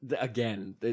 Again